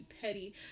petty